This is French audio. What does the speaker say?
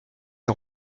les